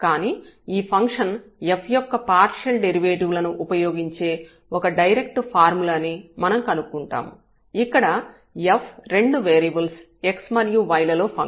కానీ ఈ function f యొక్క పార్షియల్ డెరివేటివ్ లను ఉపయోగించే ఒక డైరెక్ట్ ఫార్ములాని మనం కనుక్కుంటాము ఇక్కడ f రెండు వేరియబుల్స్ x మరియు y లలో ఫంక్షన్